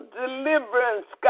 deliverance